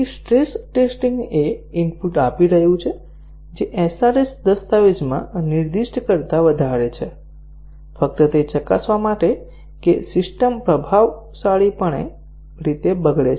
stress testing એ input આપી રહ્યું છે જે SRS દસ્તાવેજમાં નિર્દિષ્ટ કરતા વધારે છે ફક્ત તે ચકાસવા માટે કે સિસ્ટમ પ્રભાવશાળીપણે રીતે બગડે છે